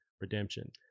Redemption